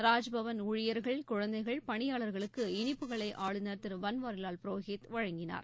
ராஜ்பவன் ஊழியர்கள் குழந்தைகள் பணியாளர்களுக்கு இனிப்புகளை ஆளுநர் திரு பன்வாரிலால் புரோஹித் வழங்கினார்